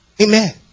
Amen